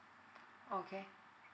okay